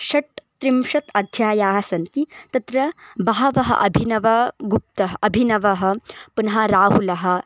षट् त्रिंशत् अध्याया सन्ति तत्र बहवः अभिनवगुप्तः अभिनवः पुनः राहुलः